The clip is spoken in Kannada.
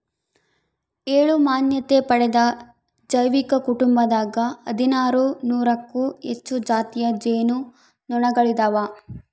ಏಳು ಮಾನ್ಯತೆ ಪಡೆದ ಜೈವಿಕ ಕುಟುಂಬದಾಗ ಹದಿನಾರು ನೂರಕ್ಕೂ ಹೆಚ್ಚು ಜಾತಿಯ ಜೇನು ನೊಣಗಳಿದಾವ